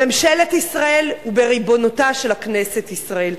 בממשלת ישראל ובריבונותה של כנסת ישראל.